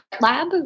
Lab